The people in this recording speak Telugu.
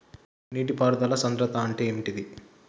నీటి పారుదల సంద్రతా అంటే ఏంటిది?